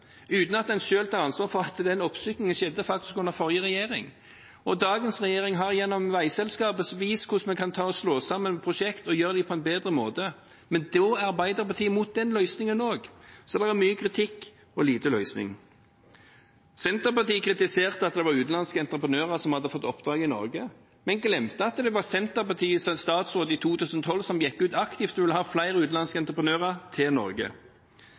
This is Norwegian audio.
uten at en selv tar ansvar for at den oppstykkingen faktisk skjedde under forrige regjering. Dagens regjering har gjennom veiselskapet vist hvordan vi kan slå sammen prosjekter og gjennomføre dem på en bedre måte. Men da er Arbeiderpartiet imot den løsningen også. Så det er mye kritikk og lite løsning. Senterpartiet kritiserte at utenlandske entreprenører hadde fått oppdrag i Norge, men glemte at det var en senterpartistatsråd som i 2012 gikk aktivt ut og ville ha flere utenlandske entreprenører til Norge.